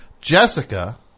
Jessica